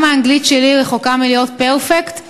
גם האנגלית שלי רחוקה מלהיות פרפקט,